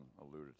alluded